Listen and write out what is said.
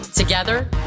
Together